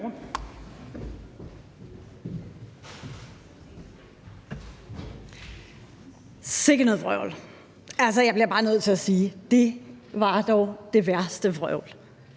Sikke noget vrøvl. Altså, jeg bliver bare nødt til at sige: Det var dog det værste vrøvl.